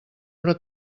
però